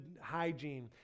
hygiene